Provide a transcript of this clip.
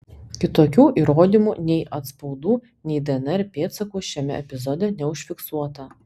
kitokių įrodymų nei atspaudų nei dnr pėdsakų šiame epizode neužfiksuota